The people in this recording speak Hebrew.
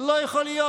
לא יכול להיות.